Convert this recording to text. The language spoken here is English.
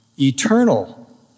eternal